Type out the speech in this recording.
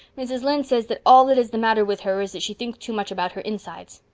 mrs. lynde says that all that is the matter with her is that she thinks too much about her insides.